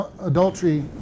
adultery